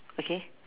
okay